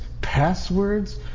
passwords